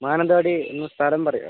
മാനന്തവാടി ഒന്ന് സ്ഥലം പറയുവോ